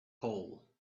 pole